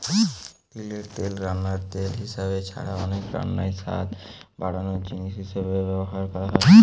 তিলের তেল রান্নার তেল হিসাবে ছাড়া অনেক রান্নায় স্বাদ বাড়ানার জিনিস হিসাবে ব্যভার হয়